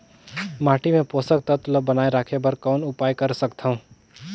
माटी मे पोषक तत्व ल बनाय राखे बर कौन उपाय कर सकथव?